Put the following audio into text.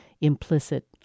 implicit